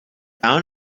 down